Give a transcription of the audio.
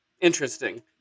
Interesting